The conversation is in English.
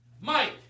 Mike